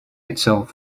itself